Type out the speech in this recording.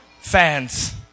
fans